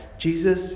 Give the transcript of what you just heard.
Jesus